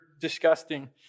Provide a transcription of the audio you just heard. disgusting